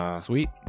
Sweet